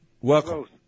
Welcome